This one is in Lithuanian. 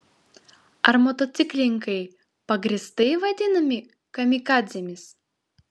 ar motociklininkai pagrįstai vadinami kamikadzėmis